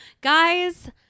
guys